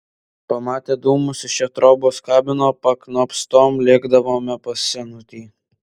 pamatę dūmus iš jo trobos kamino paknopstom lėkdavome pas senutį